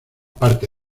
parte